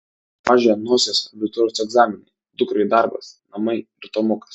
mažiui ant nosies abitūros egzaminai dukrai darbas namai ir tomukas